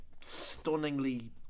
stunningly